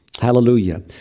Hallelujah